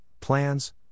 plans